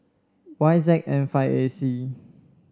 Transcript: Y Z N five A C